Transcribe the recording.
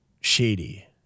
Shady